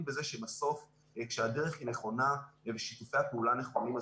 בזה שבסוף כשהדרך היא נכונה ובשיתופי הפעולה הנכונים,